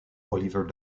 oliver